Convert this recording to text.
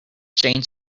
jane